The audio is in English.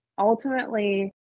ultimately